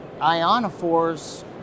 ionophores